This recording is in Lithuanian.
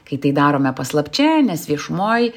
kai tai darome paslapčia nes viešumoj